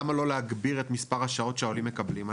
למה לא להגביר את מס' השעות שהעולים מקבלים.